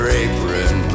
apron